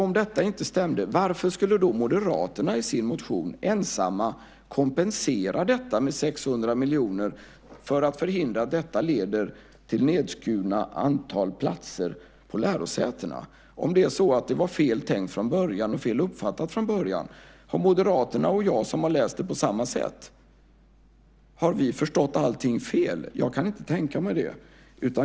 Om detta inte stämde, varför skulle då Moderaterna i sin motion ensamma kompensera detta med 600 miljoner för att förhindra att detta leder till ett minskat antal platser på lärosätena? Om det var fel tänkt och uppfattat från början, har Moderaterna och jag, som har läst det på samma sätt, förstått allting fel? Jag kan inte tänka mig det.